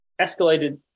escalated